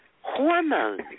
hormones